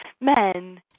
men